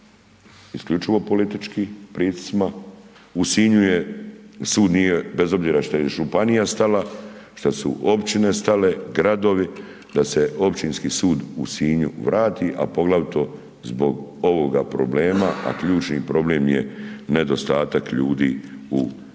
isključivo političkim pritiscima, u Sinju je, sud nije bez obzira šta je županija stala, šta su općine stale, gradovi, da se Općinski sud u Sinju vrati a poglavito zbog ovoga problema a ključni problem je nedostatak ljudi u